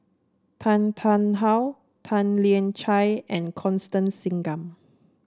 Tan Tarn How Tan Lian Chye and Constance Singam